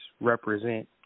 represent